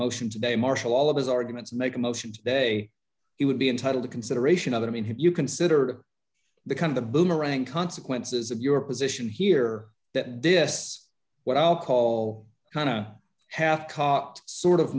motion today marshal all of his arguments make a motion today he would be entitled to consideration of it i mean have you considered to become the boomerang consequences of your position here that this what i'll call a half cocked sort of